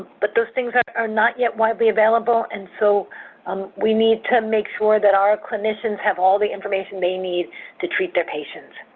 but those things are not yet widely available, and so um we need to make sure that our clinicians have all the information they need to treat their patients.